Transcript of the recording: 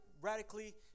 radically